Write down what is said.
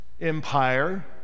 empire